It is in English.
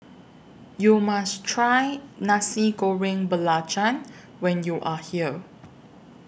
YOU must Try Nasi Goreng Belacan when YOU Are here